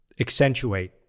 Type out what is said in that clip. accentuate